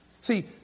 See